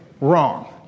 wrong